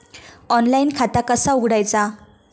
Online खाता कसा उघडायचा?